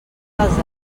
dels